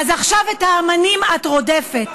כבוד היושב-ראש, כבוד היושב-ראש,